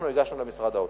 אנחנו ניגשנו למשרד האוצר,